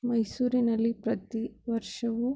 ಮೈಸೂರಿನಲ್ಲಿ ಪ್ರತೀ ವರ್ಷವು